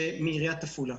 מעיריית עפולה.